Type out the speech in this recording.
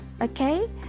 Okay